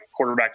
quarterbacks